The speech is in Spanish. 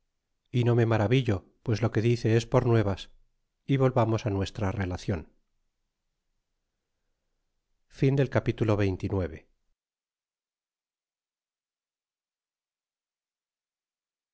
y no me maravillo pues lo que dice es por nuevas y volvamos nuestra relacio